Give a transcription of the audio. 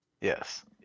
Yes